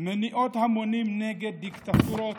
מניעות המונים נגד דיקטטורות.